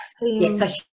yes